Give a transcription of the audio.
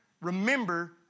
Remember